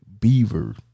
beaver